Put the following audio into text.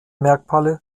merkmale